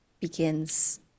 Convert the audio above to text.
begins